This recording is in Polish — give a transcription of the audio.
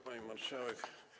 Pani Marszałek!